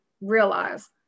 realize